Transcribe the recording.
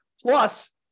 Plus